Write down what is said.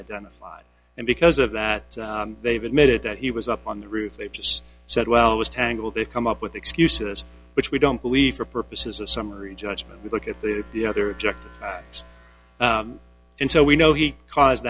identified and because of that they've admitted that he was up on the roof they just said well it was tangle they come up with excuses which we don't believe for purposes of summary judgment we look at the other object and so we know he caused